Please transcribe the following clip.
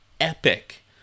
epic